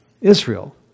Israel